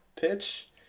pitch